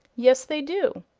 yes, they do.